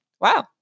Wow